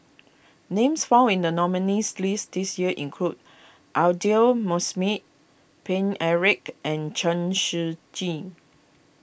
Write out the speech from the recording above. names found in the nominees' list this year include Aidli Mosbit Paine Eric and Chen Shiji